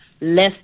less